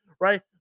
right